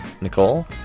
Nicole